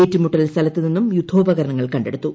ഏറ്റുമുട്ടൽ സ്ഥലത്തുനിന്നും യുദ്ധോപകരണങ്ങൾ ക ടുത്തു